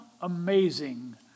amazing